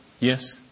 Yes